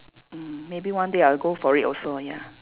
mm maybe one day I'll go for it also ya